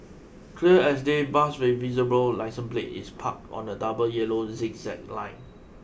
clear as day bus with visible licence plate is parked on a double yellow zigzag line